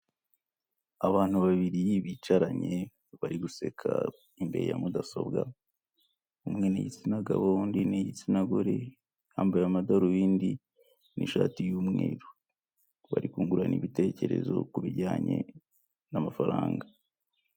Abantu babiri bicaranye bari guseka imbere ya mudasobwa, umwe ni igitsina gabo undi ni igitsina gore bambaye amadarubindi, ni ishati y'umweru bari kungurana ibitekerezo ku bijyanye n'amafaranga.